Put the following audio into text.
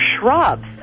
shrubs